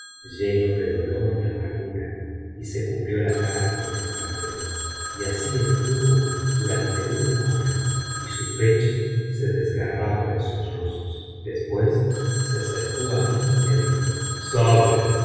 lleno de dolor y amargura y se cubrió la cara con el pañuelo y así estuvo durante una hora y su pecho se desgarraba en sollozos después se acercó á mí y me dijo sabe